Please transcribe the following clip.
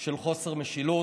של חוסר משילות.